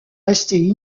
restés